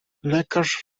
lekarz